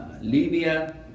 Libya